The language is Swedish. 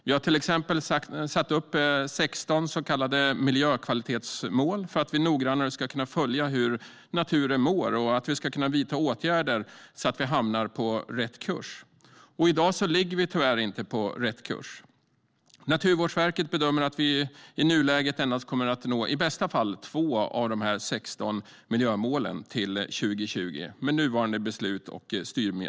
Vi har till exempel satt upp 16 så kallade miljökvalitetsmål för att noggrannare kunna följa hur naturen mår och vidta åtgärder så att vi hamnar på rätt kurs. I dag ligger vi tyvärr inte på rätt kurs. Naturvårdsverket bedömer att vi med nuvarande beslut och styrmedel endast kommer att nå i bästa fall 2 av de 16 miljömålen till 2020.